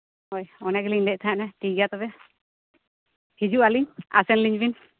ᱦᱳᱭ ᱚᱱᱟ ᱜᱮᱞᱤᱧ ᱞᱟᱹᱭᱮᱫ ᱛᱟᱦᱮᱸᱱᱟ ᱴᱷᱤᱠᱜᱮᱭᱟ ᱛᱚᱵᱮ ᱦᱤᱡᱩᱜᱼᱟ ᱞᱤᱧ ᱟᱥᱮᱱ ᱞᱤᱧ ᱵᱮᱱ